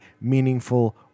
meaningful